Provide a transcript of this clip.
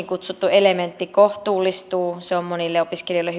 kutsuttu elementti kohtuullistuu se on monille opiskelijoille